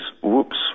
whoops